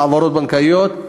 העברות בנקאיות.